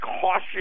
cautious